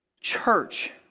church